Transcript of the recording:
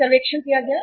एक सर्वेक्षण किया गया